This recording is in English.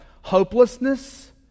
Hopelessness